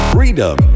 Freedom